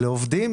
אלה עובדים,